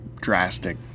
drastic